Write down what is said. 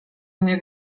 mnie